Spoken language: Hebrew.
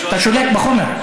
אתה שולט בחומר.